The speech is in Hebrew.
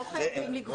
לא חייבים לגבות.